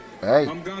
Hey